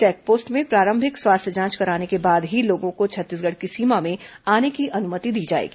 checkpost में प्रारंभिक स्वास्थ्य जांच कराने के बाद ही लोगों को छत्तीसगढ़ की सीमा में आने की अनुमति दी जाएगी